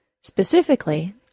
Specifically